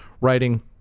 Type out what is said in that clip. writing